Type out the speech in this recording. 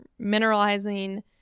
mineralizing